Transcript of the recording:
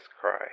cry